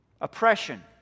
Oppression